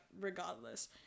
regardless